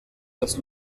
das